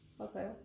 okay